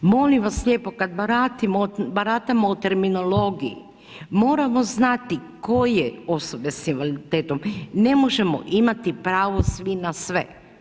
Molim vas lijepo, baratamo o terminologiji, moramo znati koje osobe sa invaliditetom, ne možemo imati pravo svi na sve.